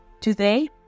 Today